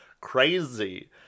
crazy